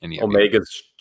Omega's